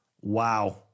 Wow